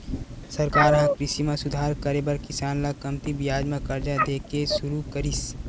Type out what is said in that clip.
सरकार ह कृषि म सुधार करे बर किसान ल कमती बियाज म करजा दे के सुरू करिस